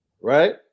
Right